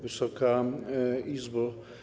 Wysoka Izbo!